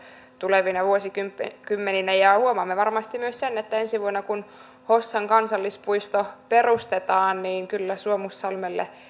tulevina vuosikymmeninä huomaamme varmasti myös sen että ensi vuonna kun hossan kansallispuisto perustetaan kyllä suomussalmella